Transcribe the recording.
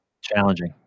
challenging